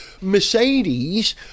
Mercedes